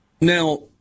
Now